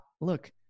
look